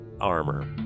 armor